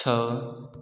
छह